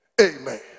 amen